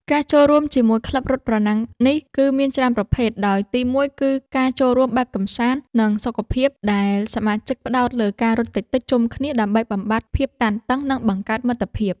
ការចូលរួមជាមួយក្លឹបរត់ប្រណាំងនេះ គឺមានច្រើនប្រភេទ ដោយទីមួយគឺការចូលរួមបែបកម្សាន្ត និងសុខភាព ដែលសមាជិកផ្តោតលើការរត់តិចៗជុំគ្នាដើម្បីបំបាត់ភាពតានតឹង និងបង្កើតមិត្តភាព។